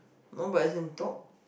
oh but is in talk